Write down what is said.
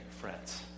friends